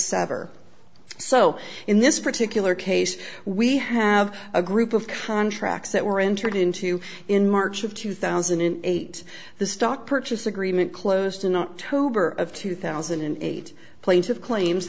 sever so in this particular case we have a group of contracts that were entered into in march of two thousand and eight the stock purchase agreement closed in october of two thousand and eight plaintiff claims